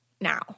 now